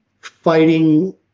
fighting